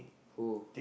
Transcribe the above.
who